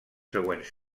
següents